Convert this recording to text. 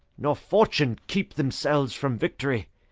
nor fortune keep themselves from victory?